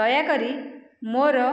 ଦୟାକରି ମୋର